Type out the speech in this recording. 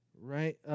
right